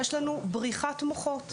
יש לנו בריחת מוחות.